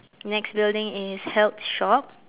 next building is health shop